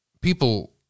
people